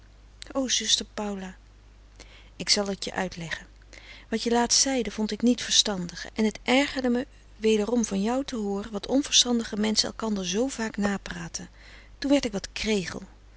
zuster paula ik zal t je uitleggen wat je laatst zeide vond ik niet verstandig en het ergerde me wederom van jou te hooren wat onverstandige menschen elkander zoo vaak napraten toen werd ik wat kregel